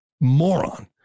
moron